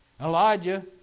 Elijah